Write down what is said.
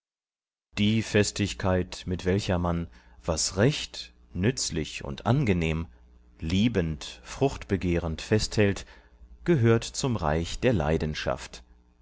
die festigkeit mit welcher man was recht nützlich und angenehm liebend fruchtbegehrend festhält gehört zum reich der leidenschaft